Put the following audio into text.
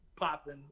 popping